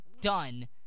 done